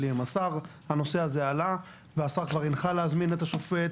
עם השר הנושא הזה עלה והשר כבר הנחה להזמין את השופט